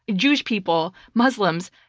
jewish people, muslims,